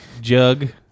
Jug